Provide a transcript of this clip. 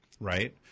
right